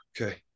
okay